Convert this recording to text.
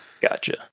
Gotcha